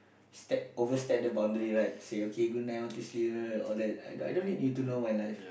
step over step the boundary right say okay good night want to sleep all that I don't really need to know my life